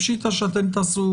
פשיטא שאתם תעשו